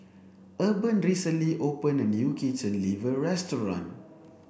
Urban recently opened a new chicken liver restaurant